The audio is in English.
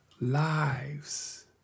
lives